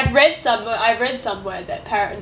I read somewhere I've read somewhere that